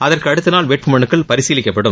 அதற்கு அடுத்த நாள் வேட்புமனுக்கள் பரிசீலிக்கப்படும்